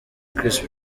chris